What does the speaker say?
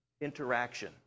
interaction